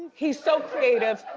he's so creative.